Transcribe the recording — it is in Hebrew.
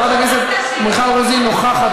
חברת הכנסת מיכל רוזין נוכחת,